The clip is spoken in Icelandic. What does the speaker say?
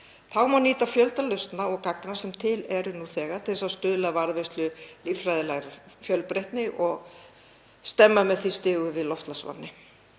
Það má nýta fjölda lausna og gagna sem til eru nú þegar til þess að stuðla að varðveislu líffræðilegrar fjölbreytni og stemma með því stigu við loftslagsvánni.